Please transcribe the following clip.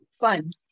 fun